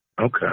Okay